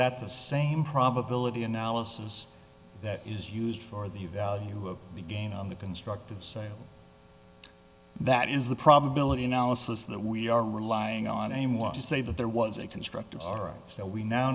that the same probability analysis that is used for the value of the gain on the constructive sale that is the probability analysis that we are relying on a more to say that there was a constructive so we now